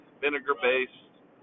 vinegar-based